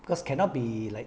because cannot be like